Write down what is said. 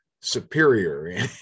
superior